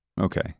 Okay